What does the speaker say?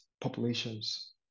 populations